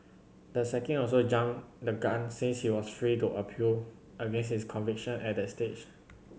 the sacking also jumped the gun since he was free to appeal against his conviction at that stage